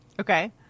okay